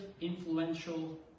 influential